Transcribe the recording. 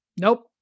nope